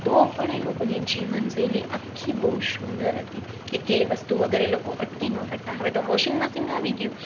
તો પણ એ લોકોની જીવનશૈલી આખી બહુ સુંદર હતી એ કે એ વસ્તુ વગર એ લોકો અટકી ન પડતાં હવે તો વોશિંગ મશીન આવી ગયું